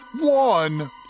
One